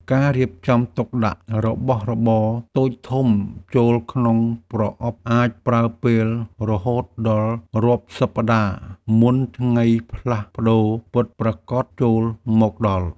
ការរៀបចំទុកដាក់របស់របរតូចធំចូលក្នុងប្រអប់អាចប្រើពេលរហូតដល់រាប់សប្ដាហ៍មុនថ្ងៃផ្លាស់ប្ដូរពិតប្រាកដចូលមកដល់។